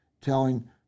telling